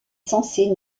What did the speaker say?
censée